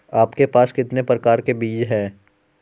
आपके पास कितने प्रकार के बीज हैं?